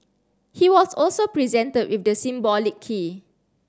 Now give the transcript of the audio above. he was also presented with the symbolic key